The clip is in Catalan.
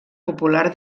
popular